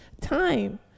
time